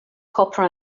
copper